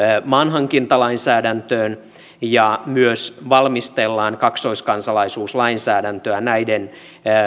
maanhankintalainsäädäntöön ja myös valmistellaan kaksoiskansalaisuuslainsäädäntöä näiden